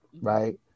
right